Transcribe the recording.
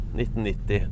1990